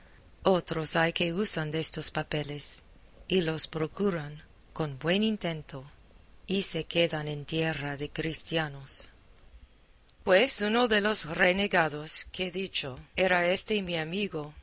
otros hay que usan destos papeles y los procuran con buen intento y se quedan en tierra de cristianos pues uno de los renegados que he dicho era este mi amigo